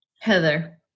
Heather